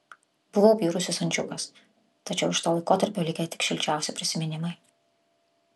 buvau bjaurusis ančiukas tačiau iš to laikotarpio likę tik šilčiausi prisiminimai